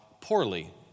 poorly